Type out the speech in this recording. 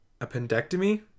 appendectomy